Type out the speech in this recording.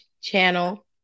Channel